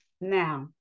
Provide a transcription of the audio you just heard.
now